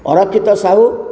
Arakshit Sahu